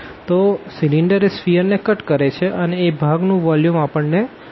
તો સીલીન્ડર એ સ્ફીઅર ને કટ કરે છે અને એ ભાગ નું વોલ્યુમ આપણને શોધવું છે